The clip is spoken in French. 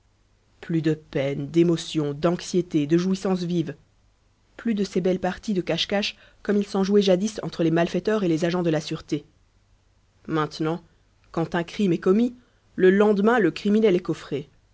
plus de peines d'émotions d'anxiétés de jouissances vives plus de ces belles parties de cache-cache comme il s'en jouait jadis entre les malfaiteurs et les agents de la sûreté maintenant quand un crime est commis le lendemain le criminel est coffré